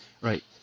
Right